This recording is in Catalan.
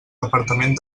departament